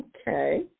Okay